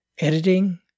editing